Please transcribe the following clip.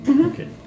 Okay